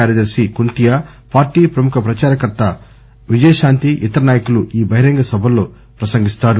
కార్యదర్శి కుంతియా పార్టీ ప్రముఖ ప్రదారకర్త విజయశాంతి ఇతర నాయకులు ఈ బహిరంగ సభలో ప్రసంగిస్తారు